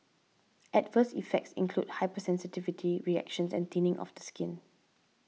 adverse effects include hypersensitivity reactions and thinning of the skin